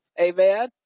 Amen